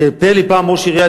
סיפר לי פעם ראש עיריית